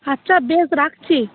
আচ্ছা বেশ রাখছি